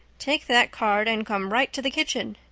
take that card and come right to the kitchen.